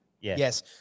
Yes